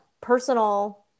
personal